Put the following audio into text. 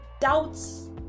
doubts